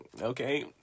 okay